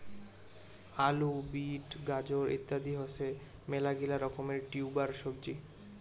আলু, বিট, গাজর ইত্যাদি হসে মেলাগিলা রকমের টিউবার সবজি